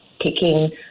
taking